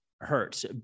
hurts